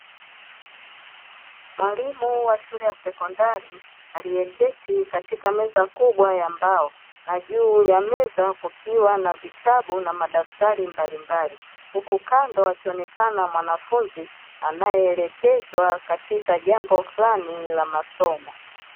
Mwalimu wa shule ya sekondari aliyeketi katika meza kubwa ya mbao na juu ya meza kukiwa na vitabu na madaftari mbalimbali, huku kando akionekana mwanafunzi anayeelekezwa katika jambo flani la masomo.